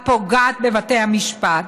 הפוגעת בבתי המשפט,